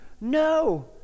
No